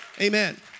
Amen